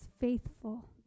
faithful